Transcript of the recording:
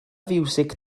fiwsig